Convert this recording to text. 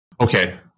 Okay